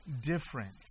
difference